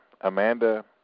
Amanda